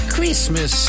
Christmas